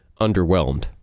underwhelmed